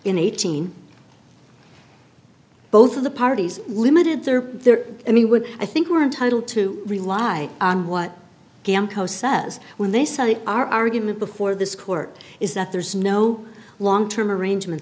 in eighteen both of the parties limited their their i mean would i think we're entitled to rely on what coast says when they say our argument before this court is that there's no long term arrangement